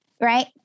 Right